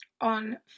on